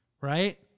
Right